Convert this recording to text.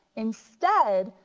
instead,